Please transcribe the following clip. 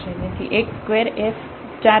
તેથી x2 એ 4 બનશે